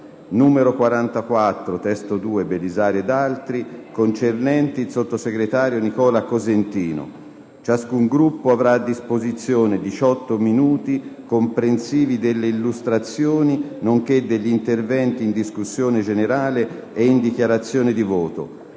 Belisario e da altri senatori, concernenti il sottosegretario Nicola Cosentino. Ciascun Gruppo avrà a disposizione 18 minuti, comprensivi delle illustrazioni, degli interventi in discussione e in dichiarazione di voto.